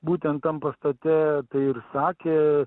būtent tam pastate tai ir sakė